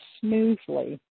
smoothly